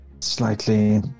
slightly